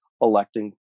electing